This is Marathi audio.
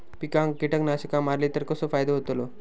पिकांक कीटकनाशका मारली तर कसो फायदो होतलो?